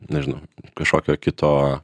nežinau kažkokio kito